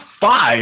five